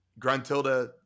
Gruntilda